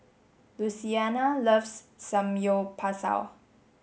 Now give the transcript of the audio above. Louisiana loves Samgyeopsal